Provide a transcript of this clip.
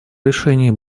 решении